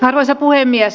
arvoisa puhemies